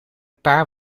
paar